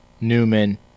Newman